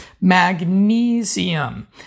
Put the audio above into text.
magnesium